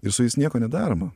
ir su jais nieko nedaroma